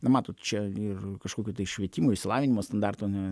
nu matot čia ir kažkokių tai švietimo išsilavinimo standartų ne